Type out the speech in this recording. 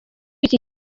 iki